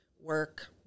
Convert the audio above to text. work